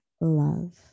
love